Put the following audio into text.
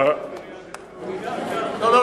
לא,